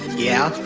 yeah.